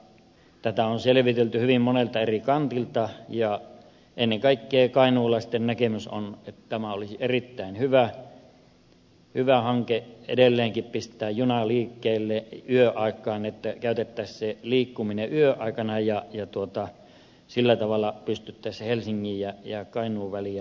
tätä on selvitelty hyvin monelta eri kantilta ja ennen kaikkea kainuulaisten näkemys on että tämä olisi erittäin hyvä hanke edelleenkin pistää juna liikkeelle yöaikaan että käytettäisiin se liikkuminen yöaikana ja sillä tavalla pystyttäisiin sitä helsingin ja kainuun väliä liikkumaan